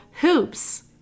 hoops